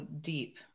deep